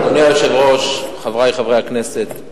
אדוני היושב-ראש, חברי חברי הכנסת,